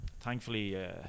thankfully